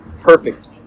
perfect